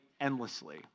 endlessly